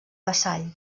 vassall